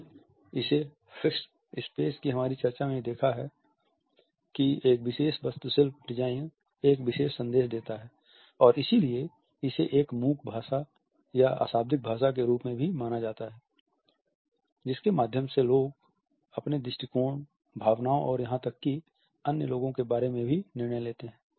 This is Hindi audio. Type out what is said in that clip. हमने इसे फिक्स्ड स्पेस की हमारी चर्चा में भी देखा है कि एक विशेष वास्तुशिल्प डिज़ाइन एक विशेष संदेश देता है और इसलिए इसे एक मूक भाषा के रूप में भी माना जाता है जिसके माध्यम से लोग अपने दृष्टिकोण भावनाओं और यहां तक कि अन्य लोगों के बारे में भी निर्णय लेते हैं